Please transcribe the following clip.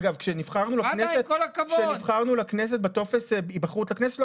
כשנבחרנו לכנסת בטופס ההיבחרות לכנסת לא